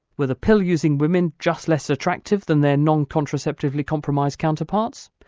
were the pill-using women just less attractive than their non contraceptively-compromised counterparts?